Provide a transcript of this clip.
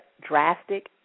drastic